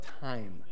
time